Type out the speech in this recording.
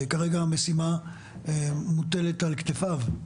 שכרגע המשימה מוטלת על כתפיו.